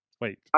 Wait